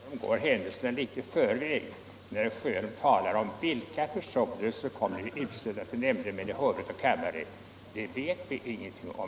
Herr talman! Herr Sjöholm går händelserna i förväg när han talar om vilka som kommer att utses till nämndemän i hovrätt och kammarrätt. Det vet vi ännu ingenting om.